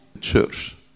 church